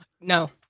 No